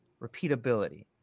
repeatability